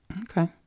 Okay